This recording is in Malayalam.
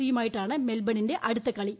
സി യുമായിട്ടാണ് മെൽബണിന്റെ അടുത്ത കളി